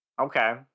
Okay